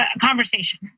conversation